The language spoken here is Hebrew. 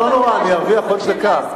לא, לא נורא, אני ארוויח עוד דקה.